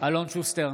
אלון שוסטר,